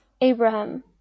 Abraham